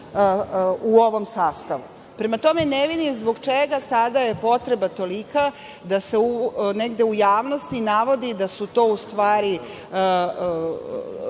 u ovom sastavu. Prema tome, ne vidim zbog čega je sada potreba tolika da se negde u javnosti navodi da su to u stvari neki